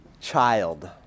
child